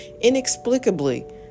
inexplicably